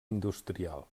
industrial